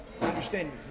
understand